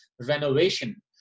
renovation